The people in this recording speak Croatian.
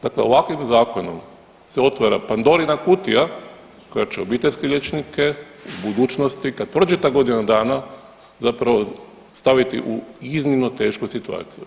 Dakle, ovakvim zakonom se otvara Pandorina kutija koja će obiteljske liječnike u budućnosti kad prođe ta godina dana zapravo staviti u iznimno tešku situaciju.